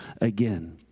again